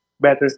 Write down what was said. better